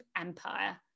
empire